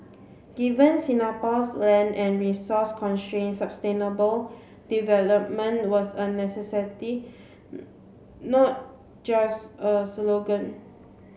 given Singapore's land and resource constraints sustainable development was a necessity not just a slogan